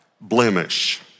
blemish